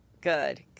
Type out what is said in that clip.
good